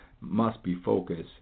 must-be-focused